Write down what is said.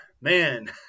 man